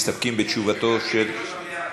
מסתפקים בתשובתו של, אני ביקשתי.